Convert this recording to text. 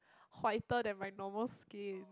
whiter than my normal skin